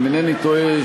אם אינני טועה,